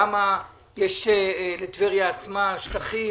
למה יש לטבריה עצמה שטחים